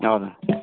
हजुर